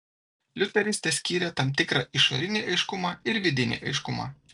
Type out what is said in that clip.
liuteris teskyrė tam tikrą išorinį aiškumą ir vidinį aiškumą